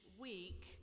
week